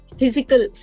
physical